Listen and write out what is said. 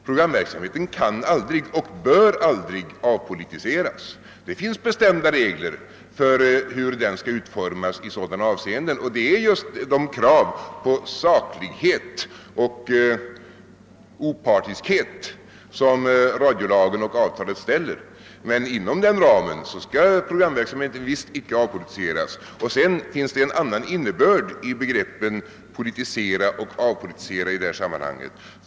Programverksamheten kan aldrig och bör aldrig avpolitiseras. Det finns bestämda regler för hur den skall utformas i sådana avseenden, och det är just de krav på saklighet och opartiskhet som radiolagen och avtalet ställer, men inom den ramen skall programverksamheten visst icke avpolitiseras. I detta sammanhang finns en annan innebörd i begreppen politisera och avpolitisera.